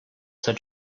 sir